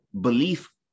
belief